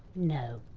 no.